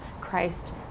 Christ